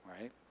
Right